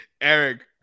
Eric